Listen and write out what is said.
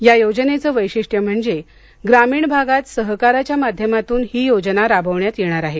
या योजनेचं वैशिष्ट्य म्हणजे ग्रामीण भागात सहकाराच्या माध्यमातून ही योजना राबवण्यात येणार आहे